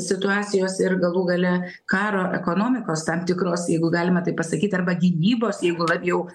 situacijos ir galų gale karo ekonomikos tam tikros jeigu galima taip pasakyti arba gynybos jeigu jau